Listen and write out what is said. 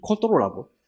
controllable